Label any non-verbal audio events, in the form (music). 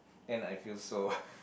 and I feel so (breath)